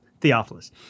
Theophilus